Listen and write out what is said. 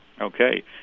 Okay